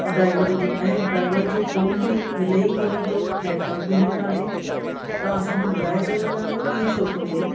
ऐं ड्राईवर जो ऐं ड्राईवर जो फ़ोन बि मिले ई कोन थो नेटवर्क में ई काने तव्हां असांखे ॿुधाए सघंदा आयो कि इहो छो थो थिए